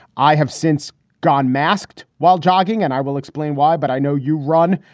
i have since gone masked while jogging, and i will explain why. but i know you run.